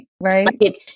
right